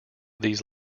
these